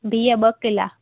बिह ॿ किला